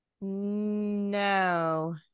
no